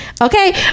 Okay